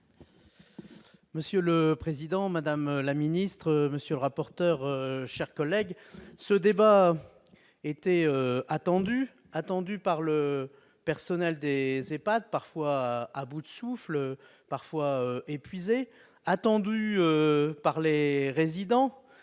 Monsieur le président, madame la ministre, monsieur le rapporteur, mes chers collègues, ce débat était attendu par le personnel des EHPAD, parfois à bout de souffle, parfois épuisé ; par les résidents,